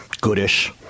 Goodish